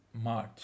March